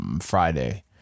friday